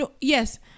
Yes